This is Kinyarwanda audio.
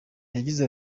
yagize